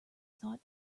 thought